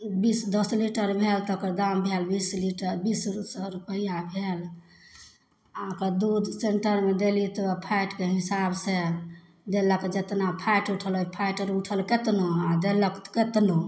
बीस दस लीटर भेल तऽ ओकर दाम भेल बीस लीटर बीस हजार रुपैआ भेल आ ओकर दूध सेन्टरमे देली तऽ फैटके हिसाब सऽ देल्लक जेतना फैट उठलै फैट उठल केतनो आ देलक केतनो